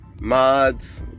mods